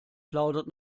plaudert